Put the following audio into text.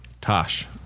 Tosh